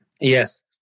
Yes